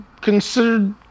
considered